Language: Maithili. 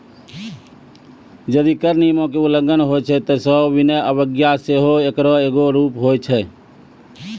जदि कर नियमो के उल्लंघन होय छै त सविनय अवज्ञा सेहो एकरो एगो रूप होय छै